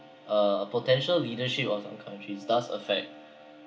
uh a potential leadership of some countries does affect